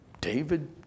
David